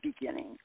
beginning